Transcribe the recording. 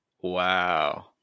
Wow